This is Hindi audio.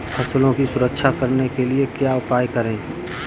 फसलों की सुरक्षा करने के लिए क्या उपाय करें?